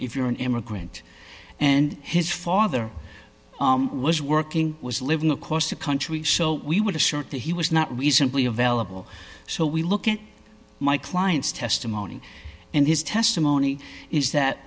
if you're an immigrant and his father was working was living across the country so we would assert that he was not reasonably available so we look at my client's testimony and his testimony is that